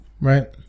Right